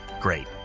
great